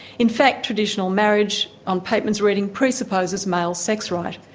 in fact, traditional marriage on pateman's reading, presupposes male sex right,